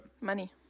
money